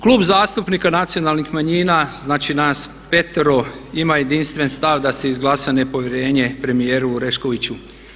Klub zastupnika Nacionalnih manjina znači nas 5 ima jedinstven stav da se izglasa nepovjerenje premijeru Oreškoviću.